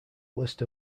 list